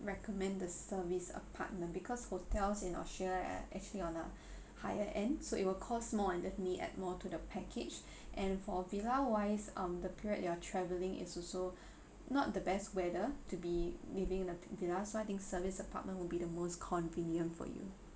recommend the service apartment because hotels in australia are actually on a higher end so it will cost more and definitely add more to the package and for villa wise um the period you're travelling is also not the best weather to be living in the villa so I think service apartment will be the most convenient for you